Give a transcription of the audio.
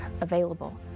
available